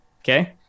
Okay